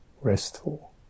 restful